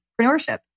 entrepreneurship